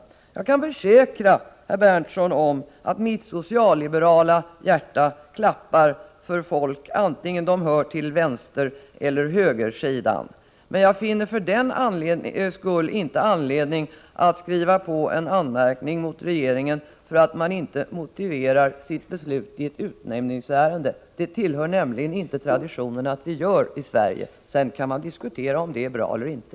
Jag kan försäkra herr Berndtson att mitt socialliberala hjärta klappar för utsatta människor, antingen de hör till vänstereller högersidan. Men jag finner för den skull inte anledning att skriva under en anmärkning mot regeringen för att den inte motiverar sitt beslut i ett utnämningsärende. Det tillhör nämligen inte traditionen att vi gör det i Sverige. Sedan kan man naturligtvis diskutera om det är bra eller inte.